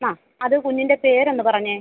ആ അത് കുഞ്ഞിൻ്റെ പേര് ഒന്ന് പറഞ്ഞേ